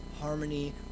harmony